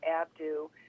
Abdu